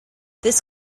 this